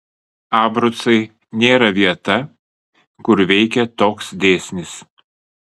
abrucai nėra vieta kur veikia toks dėsnis